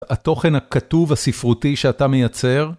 התוכן הכתוב הספרותי שאתה מייצר.